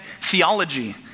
theology